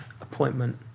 appointment